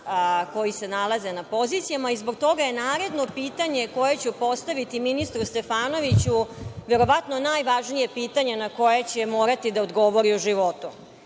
koji se nalaze na pozicijama. Zbog toga je naredno pitanje koje ću postaviti ministru Stefanoviću verovatno najvažnije pitanje na koje će morati da odgovori u životu.